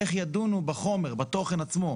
איך ידונו בחומר, בתוכן עצמו.